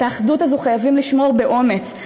את האחדות הזאת חייבים לשמור באומץ,